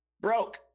broke